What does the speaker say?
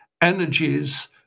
energies